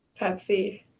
Pepsi